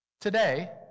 Today